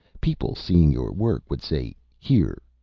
people, seeing your work, would say, here,